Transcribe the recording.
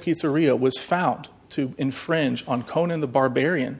pizzeria was found to infringe on conan the barbarian